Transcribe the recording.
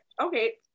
okay